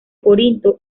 corinto